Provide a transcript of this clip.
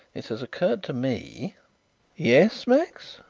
it has occurred to me yes, max?